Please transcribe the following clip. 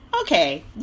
Okay